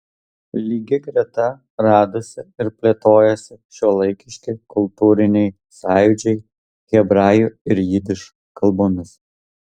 lygia greta radosi ir plėtojosi šiuolaikiški kultūriniai sąjūdžiai hebrajų ir jidiš kalbomis